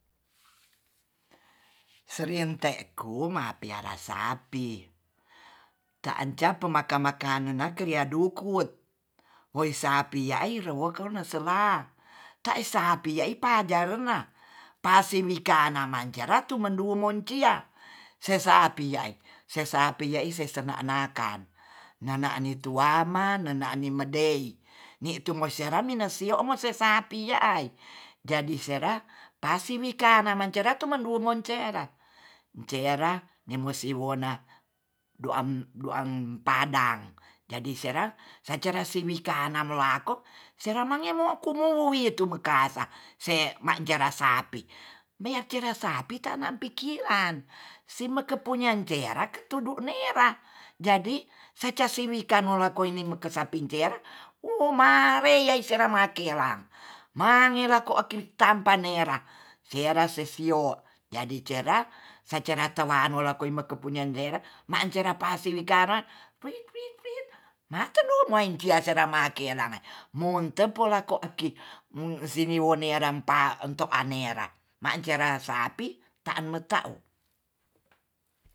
Serien te ku ma piara sapi ta'anca pemaka-maka pemaka-maka nunaker ya duku woi sapi ya ai reke wene sela ta'e sapi ya i pajaren na pasimika namanja ratu manduo moncia se sapi yae se sapi ya'i sesena nakan nana ni tuama nanani medei ni tu meserami na sio se sapi ye ai jadi sera pasi wi ka namaja ratum mandu menera cera mesi wona doa- doam padang jadi sera secara mika namoako selamangemo kumoitu kasa se macarea sapi mia kira sapi tana pikiran semeke punya tera ketudu ne nera jadi seca siwitan nolo koine mekesampin cer wuu maarei ei sera makelang mangela ko ki tampa nera sera sesio jadi cera sa cera tewan woloim bakepunya dera ma cera pasi wikana "kriut kruit kruit " martu muain kia serama kelame monto polako aki mung sini wone rampa n'to anerah mancera sapi te'en me ta'o